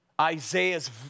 Isaiah's